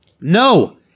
No